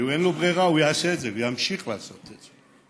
אין לו ברירה, הוא יעשה את זה וימשיך לעשות את זה.